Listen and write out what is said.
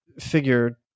figure